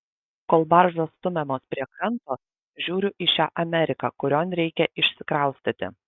kol baržos stumiamos prie kranto žiūriu į šią ameriką kurion reikia išsikraustyti